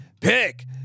pick